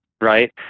right